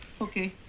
Okay